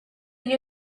you